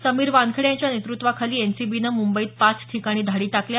समीर वानखेडे यांच्या नेतृत्वाखाली एनसीबीनं मुंबईत पाच ठिकाणी धाडी टाकल्या